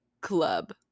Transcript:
club